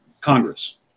Congress